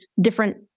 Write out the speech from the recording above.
different